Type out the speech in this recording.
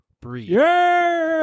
Breathe